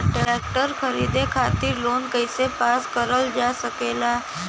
Tractor खरीदे खातीर loan कइसे पास करल जा सकेला?